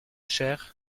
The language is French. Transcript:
cher